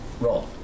roll